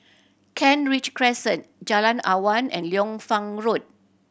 Kent Ridge Crescent Jalan Awan and Liu Fang Road